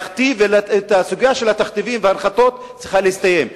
הסוגיה של התכתיבים וההנחתות צריכה להסתיים.